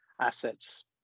assets